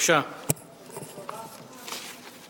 רק הבהרה אחת: